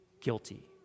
guilty